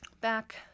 back